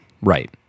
Right